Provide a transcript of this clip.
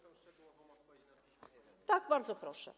Tak, bardzo proszę.